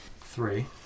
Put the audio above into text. Three